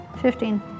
Fifteen